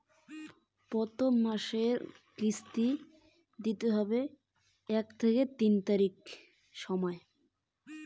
প্রথম মাসের কিস্তি কত তারিখের মধ্যেই দিতে হবে?